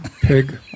Pig